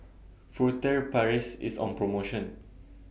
Furtere Paris IS on promotion